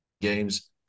games